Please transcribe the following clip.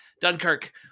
Dunkirk